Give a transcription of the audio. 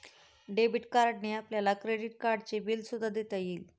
debit कार्डने आपल्याला credit कार्डचे बिल सुद्धा देता येईल